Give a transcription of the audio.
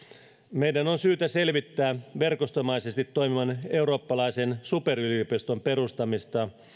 meidän on syytä selvittää verkostomaisesti toimivan eurooppalaisen superyliopiston perustamista